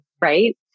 right